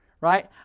right